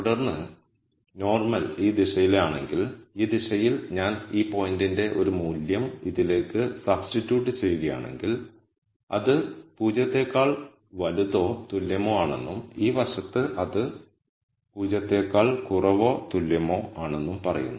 തുടർന്ന് നോർമൽ ഈ ദിശയിലാണെങ്കിൽ ഈ ദിശയിൽ ഞാൻ ഈ പോയിന്റിന്റെ ഒരു മൂല്യം ഇതിലേക്ക് സബ്സ്ടിട്യൂറ്റ് ചെയ്യുകയാണെങ്കിൽ അത് 0 നേക്കാൾ വലുതോ തുല്യമോ ആണെന്നും ഈ വശത്ത് അത് 0 നേക്കാൾ കുറവോ തുല്യമോ ആണെന്നും പറയുന്നു